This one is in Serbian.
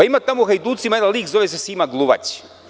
Ima tamo u „Hajducima“ jedan lik, zove se Sima Gluvać.